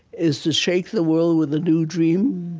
is to shape the world with a new dream,